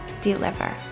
deliver